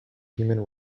human